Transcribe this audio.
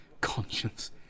Conscience